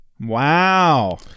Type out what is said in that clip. Wow